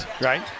Right